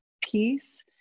peace